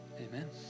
Amen